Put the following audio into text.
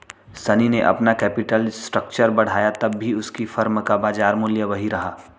शनी ने अपना capital structure बढ़ाया तब भी उसकी फर्म का बाजार मूल्य वही रहा